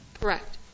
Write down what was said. Correct